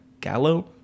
Gallo